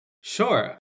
Sure